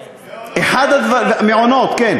מעונות-היום.